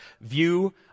view